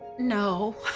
no